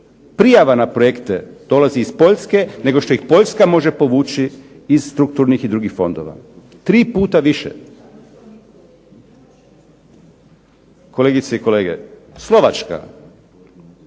prijava na projekte dolazi iz Poljske, nego što ih Poljska može povući iz strukturnih i drugih fondova. Tri puta više. Kolegice i kolege, Slovačka